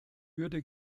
würde